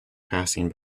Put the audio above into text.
passing